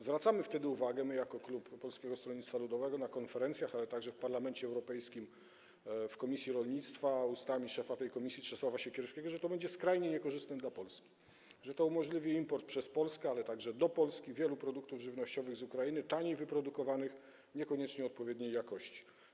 Zwracamy wtedy uwagę my jako klub Polskiego Stronnictwa Ludowego na konferencjach, ale także w Parlamencie Europejskim w komisji rolnictwa ustami szefa tej komisji Czesława Siekierskiego, że będzie to skrajnie niekorzystne dla Polski, że umożliwi to import przez Polskę, ale także do Polski, wielu produktów żywnościowych z Ukrainy, taniej wyprodukowanych, niekoniecznie odpowiedniej jakości.